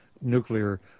nuclear